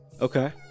Okay